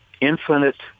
infinite